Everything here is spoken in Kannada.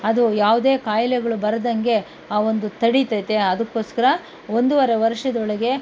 ಅದು ಯಾವುದೇ ಕಾಯಿಲೆಗಳು ಬರದಂತೆ ಆ ಒಂದು ತಡೀತೈತೆ ಅದಕ್ಕೋಸ್ಕರ ಒಂದೂವರೆ ವರ್ಷದೊಳಗೆ